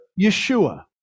Yeshua